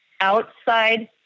outside